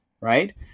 right